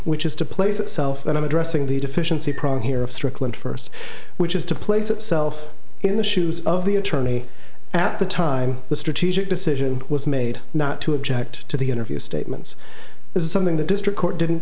which is to place itself but i'm addressing the deficiency problem here of strickland first which is to place itself in the shoes of the attorney at the time the strategic decision was made not to object to the interview statements this is something the district court didn't